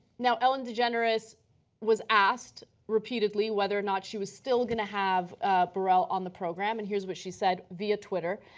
ellen to generous was asked repeatedly whether or not she was still going to have barela on the program and here's what she said via twitter.